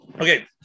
okay